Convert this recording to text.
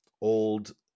old